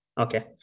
Okay